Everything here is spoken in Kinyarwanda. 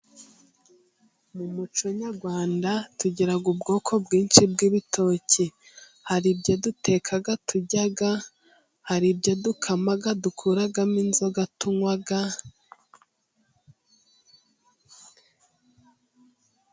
Mu muco nyarwanda，tugira ubwoko bwinshi bw'ibitoki. Hari ibyo duteka，turya，hari ibyo dukama， dukuramo inzoga tunywa.